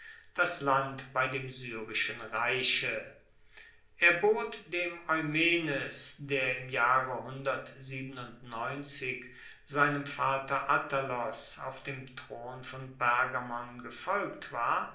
das land bei dem syrischen reiche er bot dem eumenes der im jahre seinem vater attalos auf dem thron von pergamon gefolgt war